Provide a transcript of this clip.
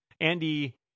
Andy